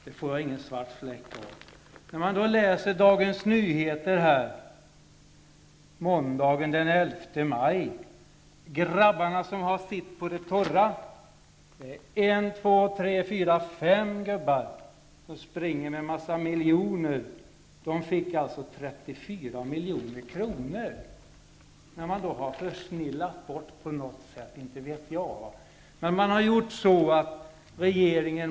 Det får jag ingen svart fläck för att jag gör. I Dagens Nyheter från måndagen den 11 maj kan man läsa om ''Grabbarna som har sitt på det torra''. Det är en, två, tre, fyra, fem gubbar, som springer med en massa miljoner. De fick alltså 34 milj.kr. efter att på något sätt -- inte vet jag hur -- ha försnillat bort pengar.